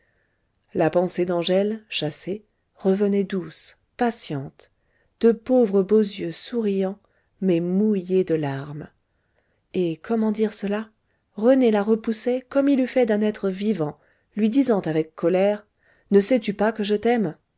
la pensée d'angèle chassée revenait douce patiente de pauvres beaux yeux souriants mais mouillés de larmes et comment dire cela rené la repoussait comme il eût fait d'un être vivant lui disant avec colère ne sais-tu pas que je t'aime